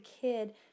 kid